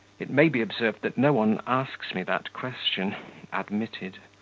it may be observed that no one asks me that question admitted.